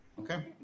Okay